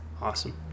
awesome